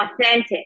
authentic